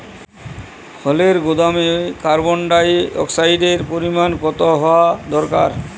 ফলের গুদামে কার্বন ডাই অক্সাইডের পরিমাণ কত হওয়া দরকার?